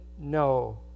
no